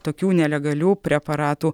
tokių nelegalių preparatų